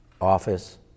office